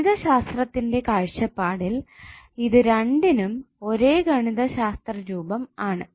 ഗണിതശാസ്ത്രത്തിന്റെ കാഴ്ചപ്പാടിൽ ഇത് രണ്ടിനും ഒരേ ഗണിതശാസ്ത്രരൂപം ആണ്